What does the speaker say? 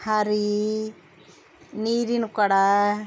ಹಾರೆ ನೀರಿನ ಕೊಡ